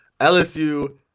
LSU